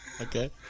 Okay